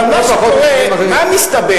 אבל מה שקורה, מה מסתבר?